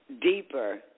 deeper